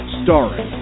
starring